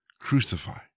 Crucify